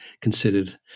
considered